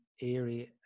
area